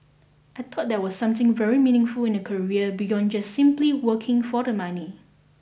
I thought that was something very meaningful in a career beyond just simply working for the money